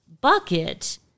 bucket